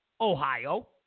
Ohio